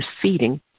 proceeding